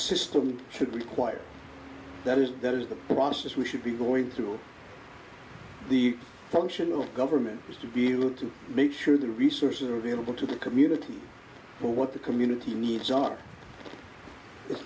system should require that is that is the process we should be going through the function of government is to be able to make sure the resources are available to the community for what the community needs are it's